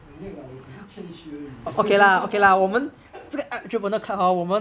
oh 没有 lah 我只是谦虚而已